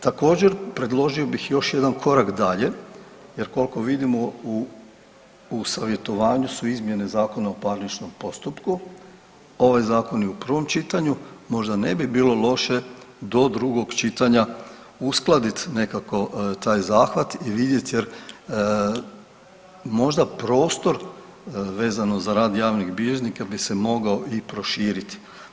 Također predložio bih još jedan korak dalje jer koliko vidimo u savjetovanju su izmjene Zakona o parničnom postupku, ovaj zakon je u prvom čitanju, možda ne bi bilo loše do drugog čitanja uskladit nekako taj zahvat i vidjet jer možda prostor vezano za rad javnih bilježnika bi se mogao i proširiti.